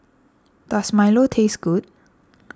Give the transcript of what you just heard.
Does Milo taste good